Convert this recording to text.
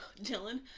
Dylan